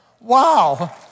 Wow